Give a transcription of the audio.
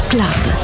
Club